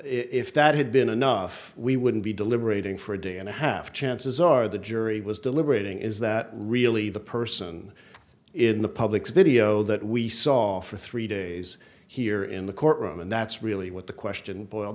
if that had been enough we wouldn't be deliberating for a day and a half chances are the jury was deliberating is that really the person in the public's video that we saw for three days here in the courtroom and that's really what the question boil